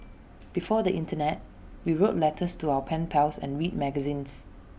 before the Internet we wrote letters to our pen pals and read magazines